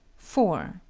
four.